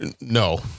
no